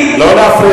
לא להפריע